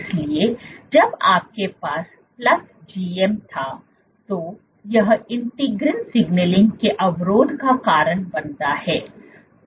इसलिए जब आपके पास प्लस GM था तो यह इंटीग्रिन सिग्नलिंग के अवरोध का कारण बनता है